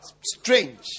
Strange